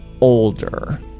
older